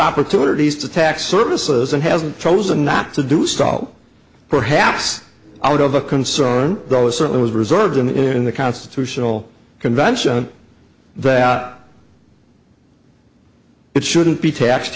opportunities to tax services and hasn't chosen not to do salt perhaps out of a concern though it certainly was reserved in the constitutional convention that it shouldn't be taxed